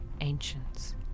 ancients